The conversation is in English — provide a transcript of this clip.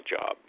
job